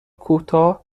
کوتاه